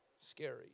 scary